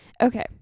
okay